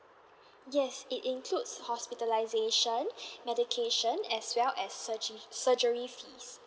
yes it includes hospitalization medication as well as surge~ surgery fees